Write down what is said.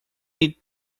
need